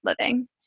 living